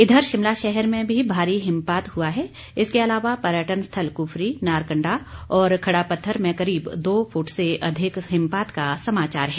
इधर शिमला शहर में भी भारी हिमपात हआ है इसके अलावा पर्यटन स्थल क्फरी नारकंडा और खड़ापत्थर में करीब दो फूट से अधिक हिमपात का समाचार है